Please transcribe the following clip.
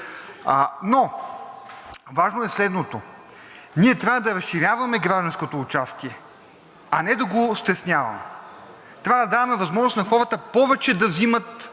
Но важно е следното: ние трябва да разширяваме гражданското участие, а не да го стесняваме. Трябва да даваме възможност на хората повече да взимат